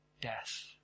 death